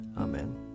Amen